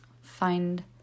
find